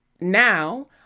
now